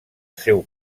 seu